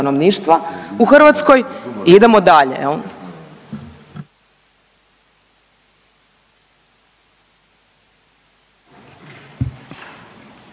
u Hrvatskoj i idemo dalje